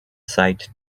site